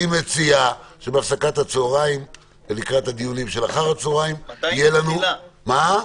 אני מציע שבהפסקת הצהריים ולקראת הדיונים של אחר הצהריים תדונו בזה.